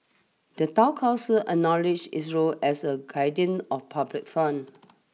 the Town Council acknowledges its role as a guardian of public funds